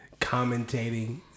commentating